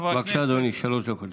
בבקשה, אדוני, שלוש דקות לרשותך.